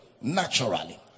naturally